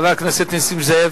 חבר הכנסת נסים זאב,